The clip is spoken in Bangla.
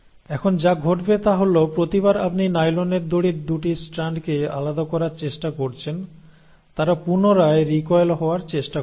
এখন যা ঘটবে তা হল প্রতিবার আপনি নাইলন দড়ির 2 টি স্ট্র্যান্ডকে আলাদা করার চেষ্টা করছেন তারা পুনরায় রিকয়েল হওয়ার চেষ্টা করবে